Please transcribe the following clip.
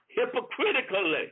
hypocritically